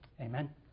Amen